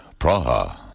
Praha